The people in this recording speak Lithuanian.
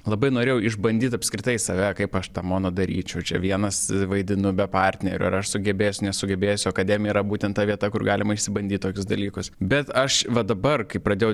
labai norėjau išbandyt apskritai save kaip aš tą mono daryčiau čia vienas vaidinu be partnerio ar aš sugebėsiu nesugebėsiu akademija yra būtent ta vieta kur galima išsibandyt tokius dalykus bet aš va dabar kai pradėjau